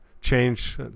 change